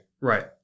Right